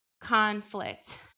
conflict